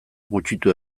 gutxitu